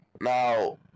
Now